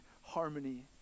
harmony